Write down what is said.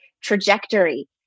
trajectory